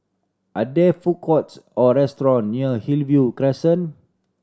are there food courts or restaurant near Hillview Crescent